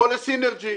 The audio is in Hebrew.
או ל"סינרג'י".